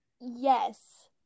Yes